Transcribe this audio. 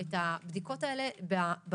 פרמדיק לא יכול להיכנס לבית המטופל,